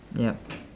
ya